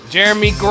Jeremy